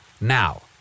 Now